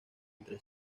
entre